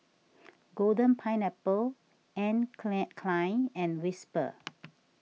Golden Pineapple Anne Klein and Whisper